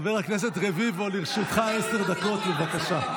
חבר הכנסת רביבו, לרשותך עשר דקות, בבקשה.